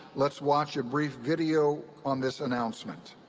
let's watch a brief video on this announcement.